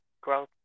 growth